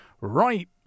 right